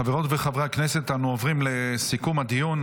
חברות וחברי הכנסת, אנו עוברים לסיכום הדיון.